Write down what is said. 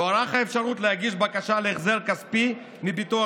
תוארך האפשרות להגיש בקשה להחזר כספי מביטוח